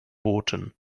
boten